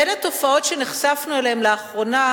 בין התופעות שנחשפנו אליהן לאחרונה